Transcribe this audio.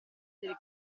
delle